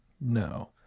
No